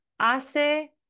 hace